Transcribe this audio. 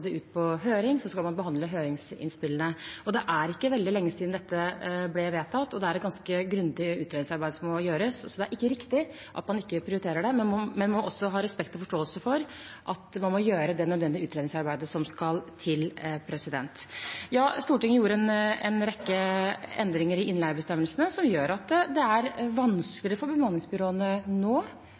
man behandle høringsinnspillene. Det er ikke veldig lenge siden dette ble vedtatt, og det er et ganske grundig utredningsarbeid som må gjøres, så det er ikke riktig at man ikke prioriterer det. Men man må også ha respekt og forståelse for at man må gjøre det nødvendige utredningsarbeidet som skal til. Ja, Stortinget gjorde en rekke endringer i innleiebestemmelsene som gjør at det er vanskeligere for bemanningsbyråene nå